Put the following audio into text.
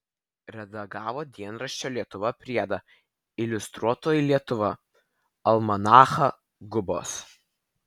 redagavo dienraščio lietuva priedą iliustruotoji lietuva almanachą gubos